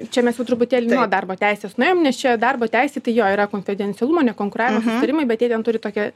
čia mes jau truputėlį nuo darbo teisės nuėjom nes čia darbo teisėj tai jo yra konfidencialumo nekonkuravimo susitarimai bet jie ten turi tokią